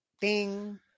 Ding